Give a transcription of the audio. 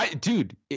dude